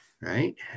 right